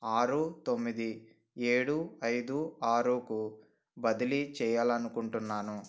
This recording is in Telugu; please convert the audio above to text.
ఆరు తొమ్మిది ఏడు ఐదు ఆరుకు బదిలీ చేయాలనుకుంటున్నాను